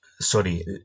sorry